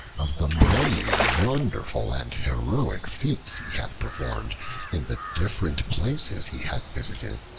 of the many wonderful and heroic feats he had performed in the different places he had visited.